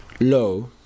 low